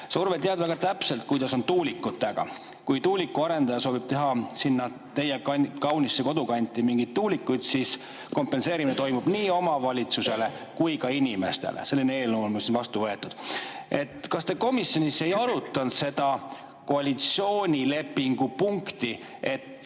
Sa, Urve, tead väga täpselt, kuidas on tuulikutega. Kui tuuliku arendaja soovib teha sinna teie kaunisse kodukanti mingeid tuulikuid, siis kompenseerimine toimub nii omavalitsusele kui ka inimestele. Selline eelnõu on vastu võetud. Kas te komisjonis ei arutanud seda koalitsioonilepingu punkti, et